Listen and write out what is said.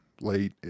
late